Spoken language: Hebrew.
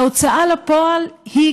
ההוצאה לפועל היא,